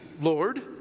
Lord